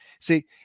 see